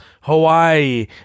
Hawaii